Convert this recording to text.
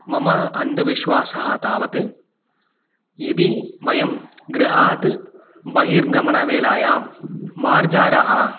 मम अन्धविश्वासः तावत् यदि वयं गृहात् बहिर्गमनवेलायां मार्जारः